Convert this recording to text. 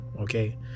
okay